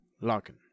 Larkin